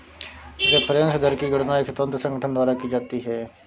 reference दर की गणना एक स्वतंत्र संगठन द्वारा की जाती है